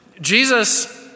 Jesus